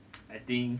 I think